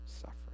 suffering